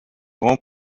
grand